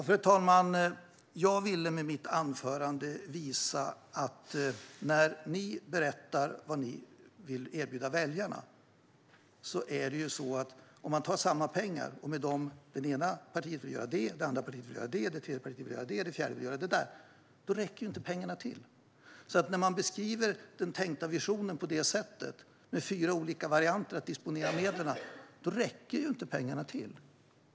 Fru talman! Jag ville med mitt anförande visa att när ni berättar vad ni vill erbjuda väljarna och tar samma pengar räcker de inte till. För det ena partiet vill göra en sak, det andra partiet vill göra en annan sak, det tredje partiet vill göra en tredje sak och det fjärde partiet vill göra en fjärde sak. När man beskriver den tänkta visionen på detta sätt, med fyra olika varianter att disponera medlen, räcker pengarna inte till.